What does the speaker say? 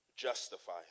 justify